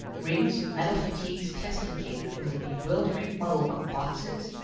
ringg's metal-fatigues testing kit was a bewildering muddle of boxes,